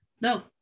no